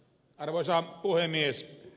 arvoisa puhemies